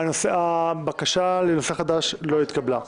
הבקשה לנושא חדש לא התקבלה.